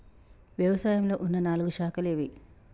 వ్యవసాయంలో ఉన్న నాలుగు శాఖలు ఏవి?